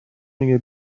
میگه